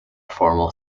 formal